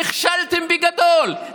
נכשלתם בגדול,